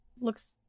looks